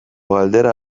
galdera